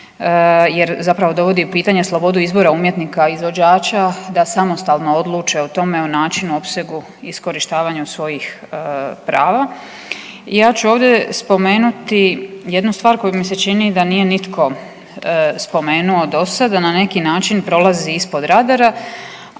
jer dovodi u pitanje slobodu izbora umjetnika izvođača da samostalno odluče o tome o načinu, opsegu, iskorištavanju svojih prava. Ja ću ovdje spomenuti jednu stvar koju mi se čini da nije nitko spomenuo do sada na neki način prolazi ispod radara,